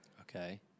Okay